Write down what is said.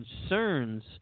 concerns